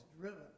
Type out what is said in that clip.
driven